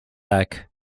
back